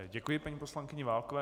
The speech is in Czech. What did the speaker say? Děkuji paní poslankyni Válkové.